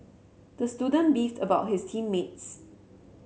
the student beefed about his team mates